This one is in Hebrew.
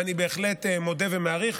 ואני בהחלט מודה ומעריך,